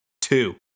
two